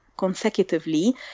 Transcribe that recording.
consecutively